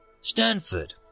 Stanford